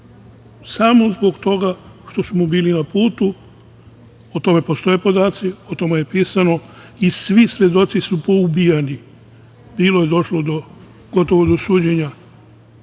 samo zbog toga što su mu bili na putu. O tome postoje podaci, o tome je pisano i svi svedoci su poubijani. Bilo je došlo gotovo do suđenja